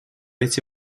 эти